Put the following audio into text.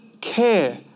care